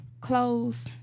Clothes